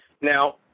Now